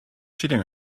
cheating